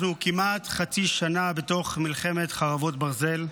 אנחנו כמעט חצי שנה בתוך מלחמת חרבות ברזל.